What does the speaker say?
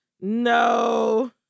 No